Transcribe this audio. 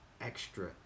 Extra